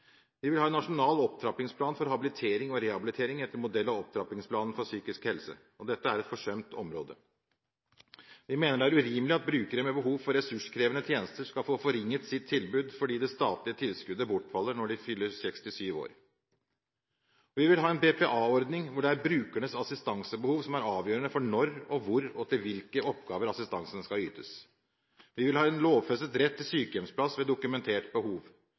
Vi vil ha en nasjonal opptrappingsplan for habilitering og rehabilitering etter modell av opptrappingsplanen for psykisk helse. Dette er et forsømt område. Vi mener det er urimelig at brukere med behov for ressurskrevende tjenester skal få forringet sitt tilbud fordi det statlige tilskuddet bortfaller når de fyller 67 år. Vi vil ha en BPA-ordning hvor det er brukerens assistansebehov som er avgjørende for når og hvor og til hvilke oppgaver assistansen skal ytes. Vi vil ha en lovfestet rett til sykehjemsplass ved dokumentert behov.